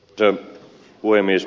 arvoisa puhemies